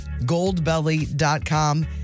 Goldbelly.com